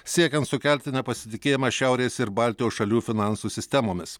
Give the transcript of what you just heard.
siekiant sukelti nepasitikėjimą šiaurės ir baltijos šalių finansų sistemomis